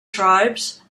tribes